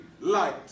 light